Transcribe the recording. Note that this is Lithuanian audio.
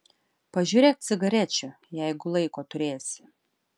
pažiūrėk cigarečių jeigu laiko turėsi